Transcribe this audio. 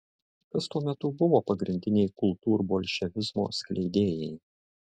kas tuo metu buvo pagrindiniai kultūrbolševizmo skleidėjai